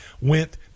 went